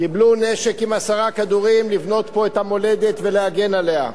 קיבלו נשק עם עשרה כדורים לבנות פה את המולדת ולהגן עליה.